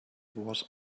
was